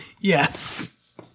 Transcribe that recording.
Yes